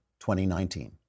2019